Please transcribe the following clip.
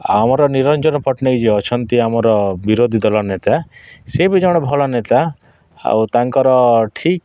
ଆମର ନିରଞ୍ଜନ ପଟ୍ଟନାୟକ ଯିଏ ଅଛନ୍ତି ଆମର ବିରୋଧୀ ଦଳ ନେତା ସେ ବି ଜଣେ ଭଲ ନେତା ଆଉ ତାଙ୍କର ଠିକ୍